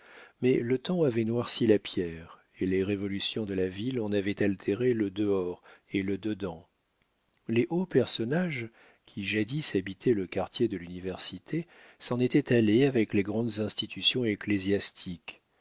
mais le temps avait noirci la pierre et les révolutions de la ville en avaient altéré le dehors et le dedans les hauts personnages qui jadis habitaient le quartier de l'université s'en étant allés avec les grandes institutions